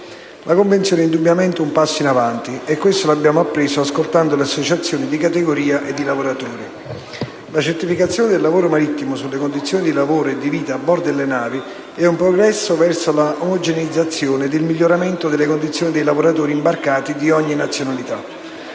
La Convenzione è indubbiamente un passo avanti, e questo lo abbiamo appreso ascoltando le associazioni di categoria ed i lavoratori. La certificazione del lavoro marittimo sulle condizioni di lavoro e di vita a bordo delle navi è un progresso verso la omogeneizzazione ed il miglioramento della condizione dei lavoratori imbarcati di ogni nazionalità.